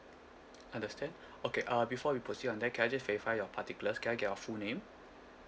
understand okay uh before we proceed on that can I just verify your particulars can I get your full name